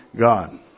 God